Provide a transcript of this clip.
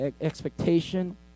expectation